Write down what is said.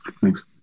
Thanks